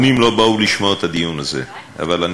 אבל אתה